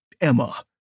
Emma